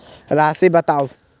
राशि बताउ